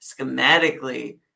schematically –